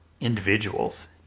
individuals